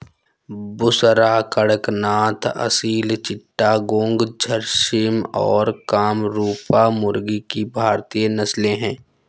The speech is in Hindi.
बुसरा, कड़कनाथ, असील चिट्टागोंग, झर्सिम और कामरूपा मुर्गी की भारतीय नस्लें हैं